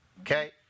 okay